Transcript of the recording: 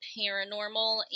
paranormal